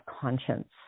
conscience